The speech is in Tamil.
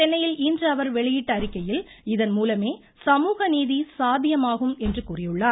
சென்னையில் இன்று அவர் வெளியிட்ட அறிக்கையில் இதன்மூலமே சமூகநீதி சாத்தியமாகும் என்று கூறியுள்ளார்